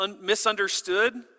misunderstood